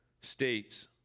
states